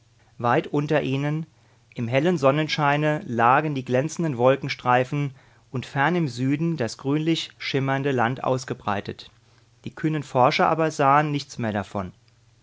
weit unter ihnen im hellen sonnenscheine lagen die glänzenden wolkenstreifen und fern im süden das grünlich schimmernde land ausgebreitet die kühnen forscher aber sahen nichts mehr davon